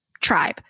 tribe